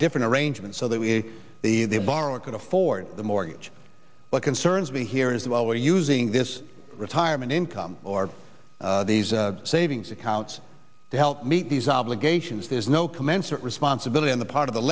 different arrangements so that we the they borrow could afford the mortgage what concerns me here is that while we're using this retirement income or these savings accounts to help meet these obligations there's no commensurate responsibility on the part of the